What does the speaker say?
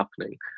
happening